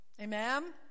Amen